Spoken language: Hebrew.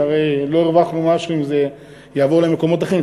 שהרי לא הרווחנו משהו אם זה יעבור למקומות אחרים.